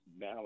now